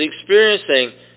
experiencing